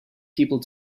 people